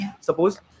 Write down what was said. Suppose